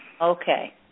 Okay